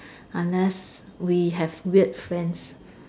unless we have weird friends